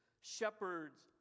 shepherds